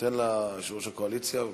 ניתן ליושב-ראש הקואליציה.